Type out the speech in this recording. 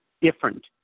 different